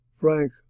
frank